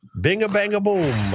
Bing-a-bang-a-boom